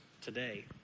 today